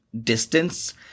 distance